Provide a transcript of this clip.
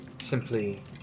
simply